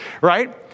right